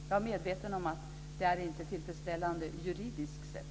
Jag är medveten om att det inte är tillfredsställande juridiskt sett.